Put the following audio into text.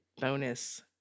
bonus